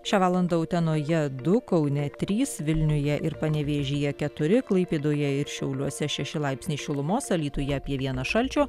šią valandą utenoje du kaune trys vilniuje ir panevėžyje keturi klaipėdoje ir šiauliuose šeši laipsniai šilumos alytuje apie vieną šalčio